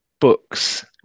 books